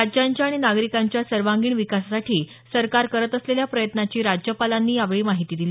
राज्यांच्या आणि नागरिकांच्या सर्वांगीण विकासासाठी सरकार करत असलेल्या प्रयत्राची राज्यपालांनी यावेळी माहिती दिली